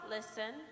Listen